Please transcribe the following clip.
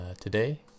today